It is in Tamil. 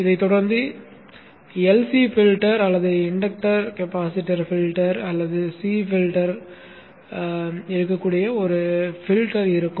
இதைத் தொடர்ந்து எல்சி ஃபில்டர் அல்லது இண்டக்டர் கேபாசிட்டர் ஃபில்டர் அல்லது சி ஃபில்டராக இருக்கக்கூடிய ஒரு பில்டர் இருக்கும்